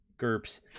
GURPS